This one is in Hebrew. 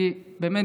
אני באמת,